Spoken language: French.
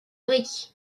brick